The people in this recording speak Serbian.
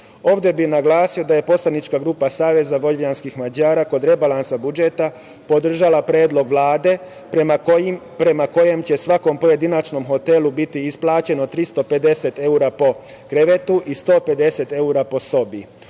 Ovde bi naglasio da je poslanička grupa Saveza vojvođanskih Mađara kod rebalansa budžeta podržala predlog Vlade prema kojem će svakom pojedinačnom hotelu biti isplaćeno 350 eura po krevetu i 150 eura po sobi.U